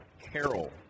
Carol